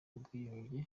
ubwiyunge